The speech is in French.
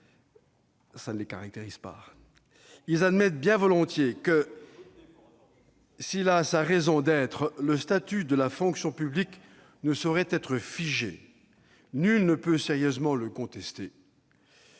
dans le centrisme ... Ils admettent bien volontiers que, s'il a sa raison d'être, le statut de la fonction publique ne saurait être figé. Nul ne peut sérieusement le contester :